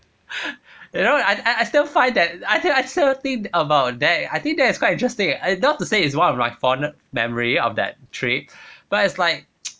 you know I I still find that I I still think about that I think that is quite interesting not to say it's one of my fondest memory of that trip but it's like